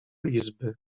izby